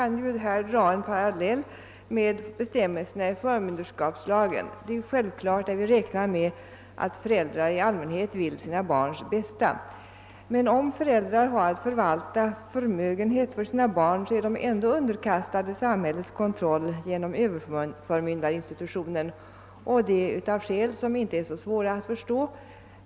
Man kan ju här dra en parallell med bestämmelserna i förmynderskapslagen. Det är självklart att vi räknar med att föräldrar i allmänhet vill sina barns bästa. Men om föräldrar har att förvalta förmögenhet för sina barn, är de ändå underkastade samhällets kontroll genom överförmyndarinstitutionen. Detta sker av skäl som inte är så svåra att förstå.